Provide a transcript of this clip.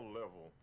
level